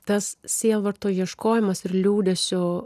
tas sielvarto ieškojimas ir liūdesio